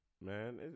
man